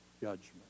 judgment